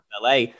La